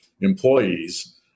employees